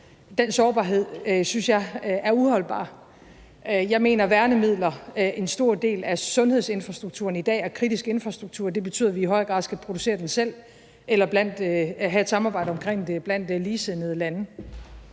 Den sårbarhed synes jeg er uholdbar. Jeg mener i forhold til værnemidler, at en stor del af sundhedsinfrastrukturen i dag er kritisk infrastruktur – det betyder, at vi i højere grad skal producere det selv eller have et samarbejde omkring det blandt ligesindede lande.